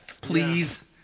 Please